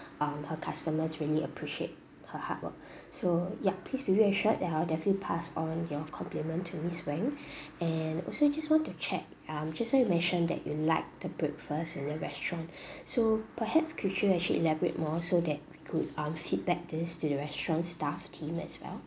um her customers really appreciate her hard work so yup be reassured that I will definitely pass on your compliment to miss wang and also just want to check um just now you mentioned that you liked the breakfast at their restaurant so perhaps could you actually elaborate more so that could um feedback this to the restaurant staff team as well